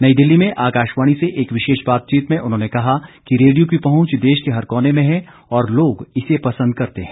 नई दिल्ली में आकाशवाणी से एक विशेष बातचीत में उन्होंने कहा कि रेडियो की पहुंच देश के हर कोने में है और लोग इसे पसंद करते हैं